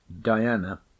Diana